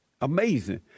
Amazing